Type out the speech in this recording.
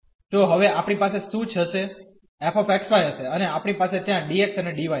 તો હવે આપણી પાસે શું હશે f x y હશે અને આપણી પાસે ત્યાં dx અને dy હશે